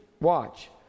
Watch